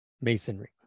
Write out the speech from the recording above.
masonry